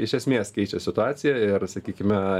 iš esmės keičia situaciją ir sakykime